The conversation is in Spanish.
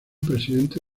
presidente